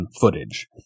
footage